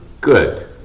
good